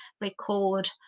record